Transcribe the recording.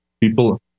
people